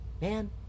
man